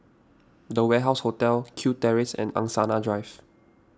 the Warehouse Hotel Kew Terrace and Angsana Drive